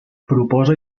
proposa